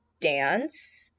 dance